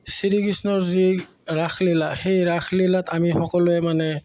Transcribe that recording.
শ্ৰীকৃষ্ণৰ যি ৰাসলীলা সেই ৰাসলীলাত আমি সকলোৱে মানে